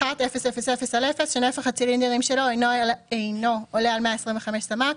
"201000/0 שנפח הצילינדרים שלו אינו עולה על 400 סמ"ק.